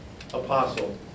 apostle